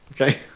Okay